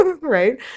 right